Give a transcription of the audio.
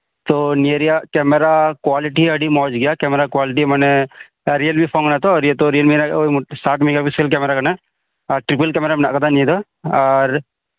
ᱛᱚ ᱱᱤᱭᱟᱹ ᱨᱮᱭᱟᱜ ᱠᱮᱢᱮᱨᱟ ᱠᱳᱣᱟᱞᱤᱴᱤ ᱟᱹᱰᱤ ᱢᱚᱸᱡ ᱜᱮᱭᱟ ᱠᱮᱢᱮᱨᱟ ᱠᱳᱣᱟᱞᱤᱴᱤ ᱢᱟᱱᱮ ᱟᱨ ᱨᱤᱭᱮᱞᱢᱤ ᱯᱷᱳᱱ ᱠᱟᱱᱟ ᱛᱚ ᱢᱟᱱᱮ ᱨᱤᱭᱮᱞᱢᱤ ᱨᱮᱭᱟᱜ ᱥᱟᱴ ᱢᱮᱜᱟ ᱯᱤᱠᱥᱟᱞ ᱠᱮᱢᱮᱨᱟ ᱠᱟᱱᱟ ᱟᱨ ᱛᱨᱤᱯᱚᱞ ᱠᱮᱢᱮᱨᱟ ᱢᱮᱱᱟᱜ ᱟᱠᱟᱫᱟ ᱱᱤᱭᱟᱹ ᱫᱚ ᱟᱨ